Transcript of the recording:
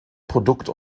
produkt